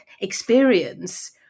experience